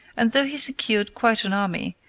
and, though he secured quite an army,